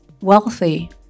wealthy